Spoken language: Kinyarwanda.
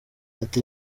ati